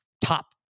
top